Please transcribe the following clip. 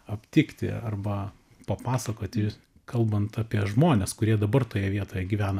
aptikti arba papasakoti jūs kalbant apie žmones kurie dabar toje vietoje gyvena